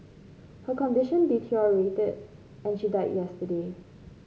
her condition deteriorated and she died yesterday